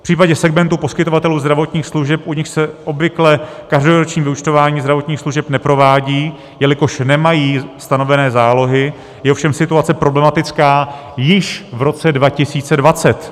V případě segmentu poskytovatelů zdravotních služeb, u nichž se obvykle každoroční vyúčtování zdravotních služeb neprovádí, jelikož nemají stanovené zálohy, je ovšem situace problematická již v roce 2020.